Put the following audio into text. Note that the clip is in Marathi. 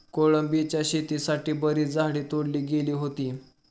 कोलंबीच्या शेतीसाठी बरीच झाडे तोडली गेली होती